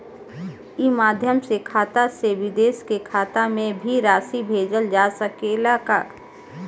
ई माध्यम से खाता से विदेश के खाता में भी राशि भेजल जा सकेला का?